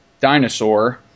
dinosaur